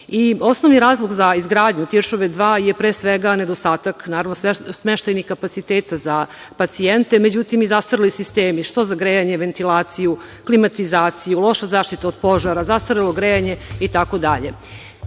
razlog za izgradnju „Tiršove 2“ je pre svega nedostatak, naravno smeštajnih kapaciteta za pacijente, međutim i zastareli sistemi što za grejanje, ventilaciju, klimatizaciju, loša zaštita od požara, zastarelo grejanje,